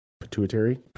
pituitary